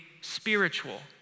spiritual